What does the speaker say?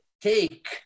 take